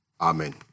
Amen